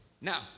now